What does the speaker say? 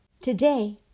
Today